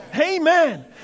Amen